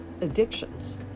addictions